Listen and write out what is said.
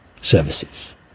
services